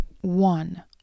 one